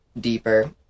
deeper